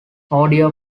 audio